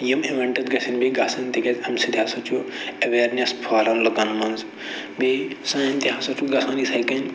یِم اِوٮ۪نٹٕس گژھن بیٚیہِ گژھٕنۍ تِکیازِ اَمہِ سۭتۍ ہسا چھُ اٮ۪ویرنٮ۪س پھٔہلان لُکَن منٛز بیٚیہِ سٲنۍ تہِ ہسا چھُ گژھان یِتھَے کٔنۍ